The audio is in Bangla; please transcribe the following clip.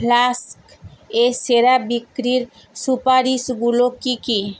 ফ্লাস্ক এর সেরা বিক্রির সুপারিশগুলো কী কী